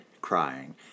crying